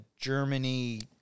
germany